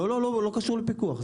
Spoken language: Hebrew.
לא קשור לפיקוח.